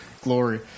glory